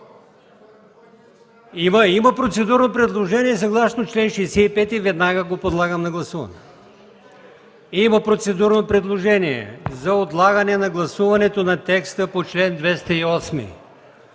Има процедурно предложение за отлагане на гласуването на текста на чл. 208.